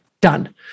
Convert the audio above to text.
done